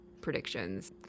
predictions